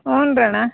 ಹ್ಞೂನಣ್ಣ